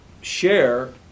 share